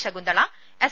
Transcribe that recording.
ശകുന്തള അസി